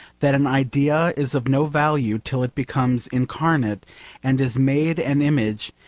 that an idea is of no value till it becomes incarnate and is made an image,